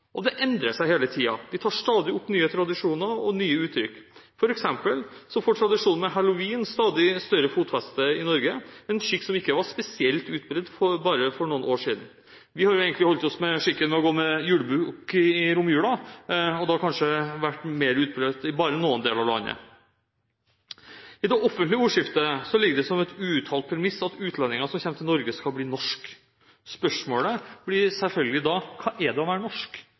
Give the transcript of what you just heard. og det endrer seg hele tiden. Vi tar stadig opp nye tradisjoner og nye uttrykk. For eksempel får tradisjonen med halloween stadig større fotfeste i Norge, en skikk som ikke var spesielt utbredt for bare noen få år siden. Vi har egentlig holdt oss til skikken med julebukk i romjula – det har kanskje vært mer utbredt i noen deler av landet. I det offentlige ordskiftet ligger det som en uuttalt premiss at utlendinger som kommer til Norge, skal bli norske. Spørsmålet blir selvfølgelig da: Hva er det å være norsk?